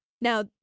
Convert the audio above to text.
now